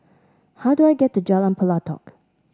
how do I get to Jalan Pelatok